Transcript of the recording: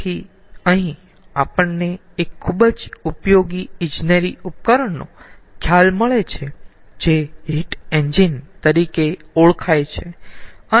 તેથી અહીં આપણને એક ખુબ જ ઉપયોગી ઈજનેરી ઉપકરણનો ખ્યાલ મળે છે જે હીટ એન્જિન તરીકે ઓળખાય છે